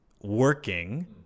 working